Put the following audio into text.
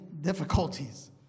difficulties